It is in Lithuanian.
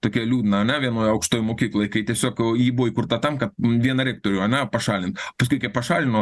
tokią liūdną ane vienoj aukštojoj mokykloj kai tiesiog ji buvo įkurta tam kad vieną rektorių ane pašalin paskui kai pašalino